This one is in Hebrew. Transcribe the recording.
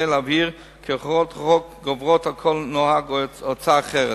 להבהיר כי הוראת חוק גוברת על כל נוהג או הוראה אחרת.